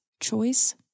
choice